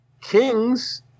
kings